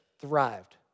thrived